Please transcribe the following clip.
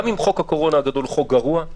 גם אם חוק הקורונה הגדול הוא חוק גרוע,